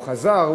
הוא חזר,